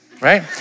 right